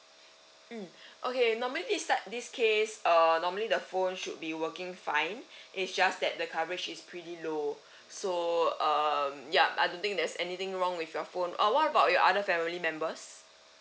mm okay normally this type this case uh normally the phone should be working fine it's just that the coverage is pretty low so um yup I don't think there's anything wrong with your phone or what about your other family members